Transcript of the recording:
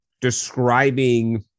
describing